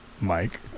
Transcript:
Mike